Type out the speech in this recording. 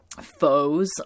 foes